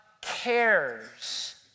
cares